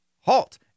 halt